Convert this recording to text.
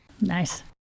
Nice